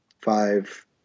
five